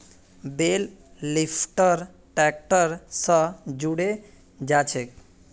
बेल lifter tractor स जुड़े जाछेक